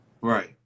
Right